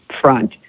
front